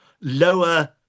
lower